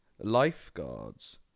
lifeguards